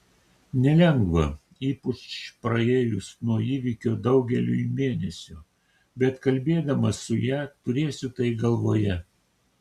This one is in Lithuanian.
nelengva ypač praėjus nuo įvykio daugeliui mėnesių bet kalbėdamas su ja turėsiu tai galvoje